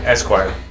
Esquire